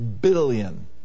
billion